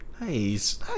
nice